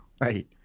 Right